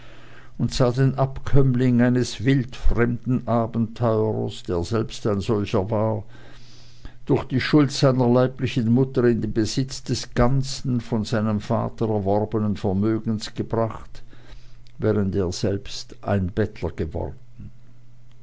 und sah den abkömmling eines wildfremden abenteurers der selbst ein solcher war durch die schuld seiner leiblichen mutter in den besitz des ganzen von seinem vater erworbenen vermögens gebracht während er selbst ein bettler geworden